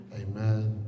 amen